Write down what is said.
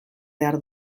behar